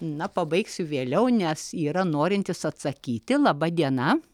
na pabaigsiu vėliau nes yra norintis atsakyti laba diena